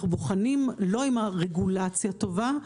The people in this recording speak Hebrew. אנחנו בוחנים לא אם הרגולציה טובה,